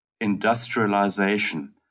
industrialization